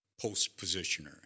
post-positioner